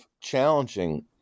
challenging